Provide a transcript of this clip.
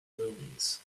movies